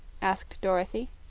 asked dorothy.